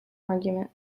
argument